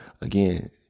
again